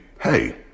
hey